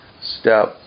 step